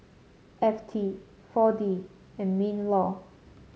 F T four D and Minlaw